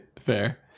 fair